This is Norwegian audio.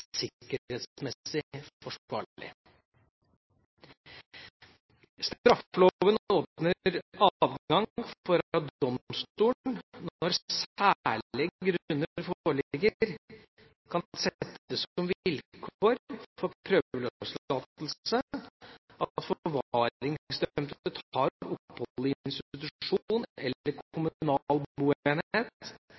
sikkerhetsmessig forsvarlig. Straffeloven åpner adgang for at domstolen, når særlige grunner foreligger, kan sette som vilkår for prøveløslatelse at forvaringsdømte tar opphold i institusjon eller